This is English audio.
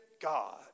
God